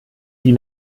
die